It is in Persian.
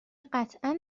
قطعا